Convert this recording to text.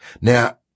Now